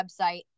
website